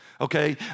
okay